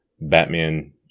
Batman